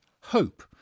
Hope